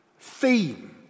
theme